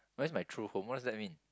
where is my true home what does that mean